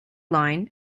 line